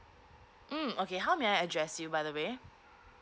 mm okay how may I address you by the way